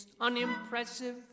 Unimpressive